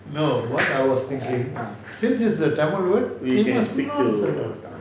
no what I was thinking since it's a tamil word we must not change